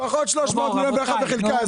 פחות 300 מיליון והיא הלכה וחילקה.